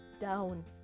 down